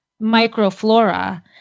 microflora